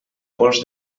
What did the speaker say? pols